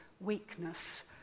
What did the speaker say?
weakness